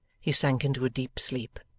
he sank into a deep sleep,